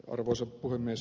arvoisa puhemies